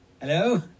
hello